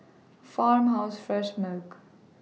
Farmhouse Fresh Milk